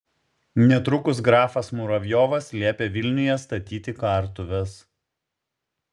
netrukus grafas muravjovas liepė vilniuje statyti kartuves